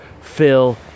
Phil